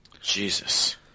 Jesus